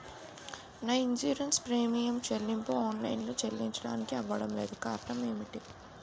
నా insurance premium చెల్లింపు online లో చెల్లించడానికి అవ్వడం లేదు కారణం ఏమిటి?